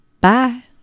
bye